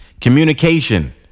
communication